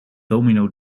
domino